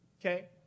okay